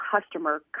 customer